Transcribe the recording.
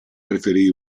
preferì